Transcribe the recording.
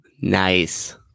Nice